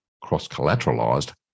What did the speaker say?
cross-collateralized